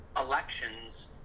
elections